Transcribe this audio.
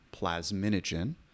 plasminogen